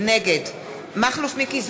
נגד מכלוף מיקי זוהר,